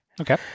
Okay